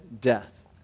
death